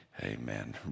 Amen